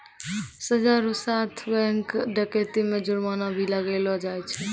सजा रो साथ बैंक डकैती मे जुर्माना भी लगैलो जाय छै